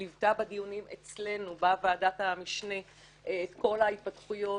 ליוותה בדיונים אצלנו בוועדת המשנה את כל ההתפתחויות